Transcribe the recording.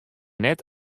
net